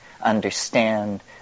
understand